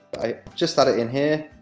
i just add it in here.